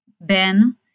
Ben